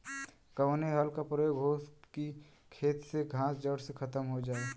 कवने हल क प्रयोग हो कि खेत से घास जड़ से खतम हो जाए?